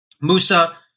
Musa